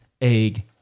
egg